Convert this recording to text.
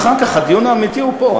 הדיון אחר כך, הדיון האמיתי הוא פה.